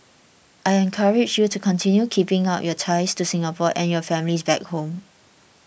I encourage you to continue keeping up your ties to Singapore and your families back home